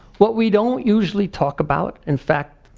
what we don't usually talk about, in fact,